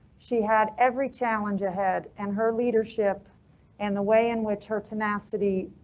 she had every challenge ahead and her leadership and the way in which her tenacity,